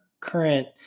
current